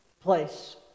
place